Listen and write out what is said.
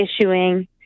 issuing